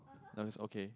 no it's okay